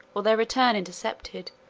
or their return intercepted,